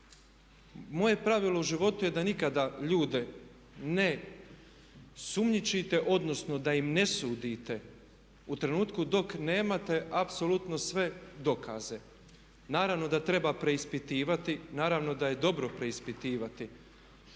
moje pravilo u životu je da nikada ljude ne sumnjičite odnosno da im ne sudite u trenutku dok nemate apsolutno sve dokaze. Naravno da treba preispitivati, naravno da je dobro preispitivati